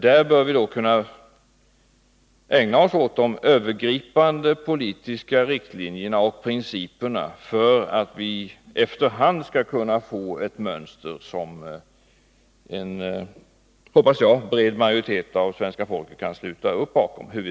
Där bör vi kunna ägna oss åt de övergripande politiska riktlinjerna och principerna för att efter hand kunna få ett mönster för hur vi skall hantera de här frågorna som — hoppas jag— en bred majoritet av svenska folket kan sluta upp bakom.